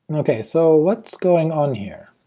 okay, so what's going on here?